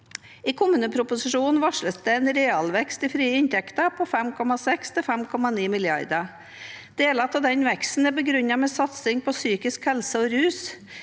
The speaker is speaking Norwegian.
I kommuneproposisjonen varsles det en realvekst i frie inntekter på 5,6–5,9 mrd. kr. Deler av denne veksten er begrunnet med satsing innen psykisk helse- og